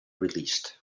released